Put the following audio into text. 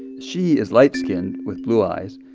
she is light-skinned with blue eyes.